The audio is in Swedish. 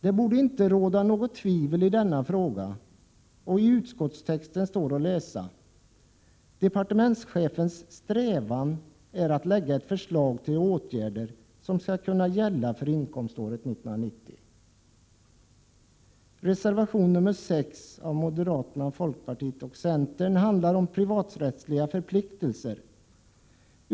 Det borde inte råda något tvivel i denna fråga, och i utskottstexten står att läsa: ”Departementschefens strävan är att lägga ett förslag till åtgärder som skall kunna gälla för inkomståret 1990.” Reservation nr 6 av moderater, folkpartister och centerpartister handlar om privaträttsliga förpliktelser.